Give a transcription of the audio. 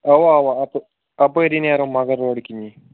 اَوا اَوا اَپٲ اپٲری نیرو مُغل روڈ کِنی